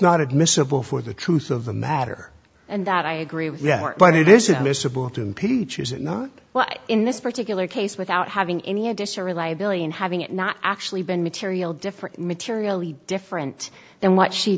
not admissible for the truth of the matter and that i agree with that but it isn't miscible to impeach is it not well in this particular case without having any additional reliability and having it not actually been material different materially different than what she